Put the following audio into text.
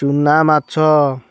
ଚୂନା ମାଛ